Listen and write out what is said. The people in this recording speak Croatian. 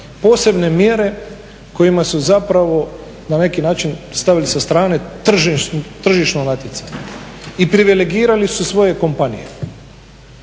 posebne mjere kojima su zapravo na neki način stavili sa strane tržišno natjecanje i privilegirali su svoje kompanije.